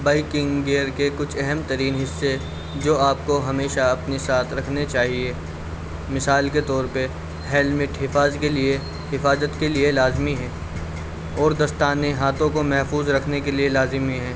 biking gear کے کچھ اہم ترین حصے جو آپ کو ہمیشہ اپنے ساتھ رکھنے چاہیے مثال کے طور پہ ہیلمیٹ حفاظ کے لیے حفاظت کے لیے لازمی ہے اور دستانے ہاتھوں کو محفوظ رکھنے کے لیے لازمی ہیں